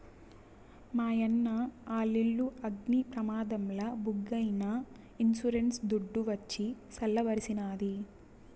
మాయన్న ఆలిల్లు అగ్ని ప్రమాదంల బుగ్గైనా ఇన్సూరెన్స్ దుడ్డు వచ్చి సల్ల బరిసినాది